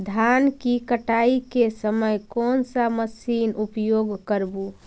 धान की कटाई के समय कोन सा मशीन उपयोग करबू?